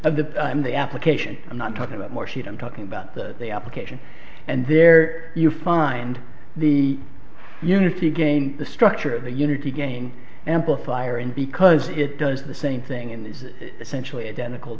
of the i'm the application i'm not talking about more sheet i'm talking about the the application and there you find the unity gain the structure of the unity gain amplifier and because it does the same thing in this is essentially identical